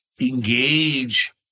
engage